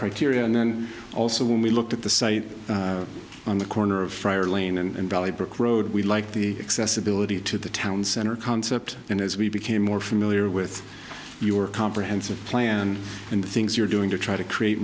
criteria and then also when we looked at the site on the corner of friar lane and valley brick road we like the accessibility to the town center concept and as we became more familiar with your comprehensive plan and the things you're doing to try to create